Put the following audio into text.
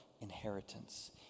inheritance